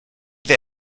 they